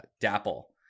dapple